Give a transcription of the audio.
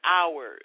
hours